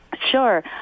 Sure